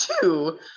two